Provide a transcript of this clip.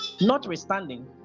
Notwithstanding